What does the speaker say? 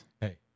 hey